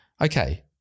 okay